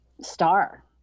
star